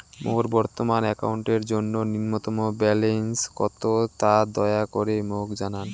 মোর বর্তমান অ্যাকাউন্টের জন্য ন্যূনতম ব্যালেন্স কত তা দয়া করি মোক জানান